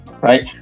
right